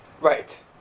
Right